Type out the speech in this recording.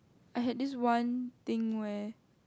I had this one thing where